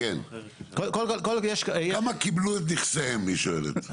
כמה קיבלו את נכסיהם, היא שואלת.